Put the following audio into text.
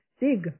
big